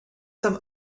some